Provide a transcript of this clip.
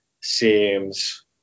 seems